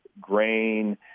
grain